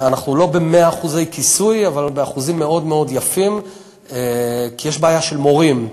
אנחנו לא ב-100% כיסוי, כי יש בעיה של מורים,